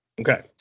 Okay